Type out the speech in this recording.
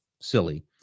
silly